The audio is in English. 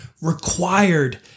required